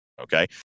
Okay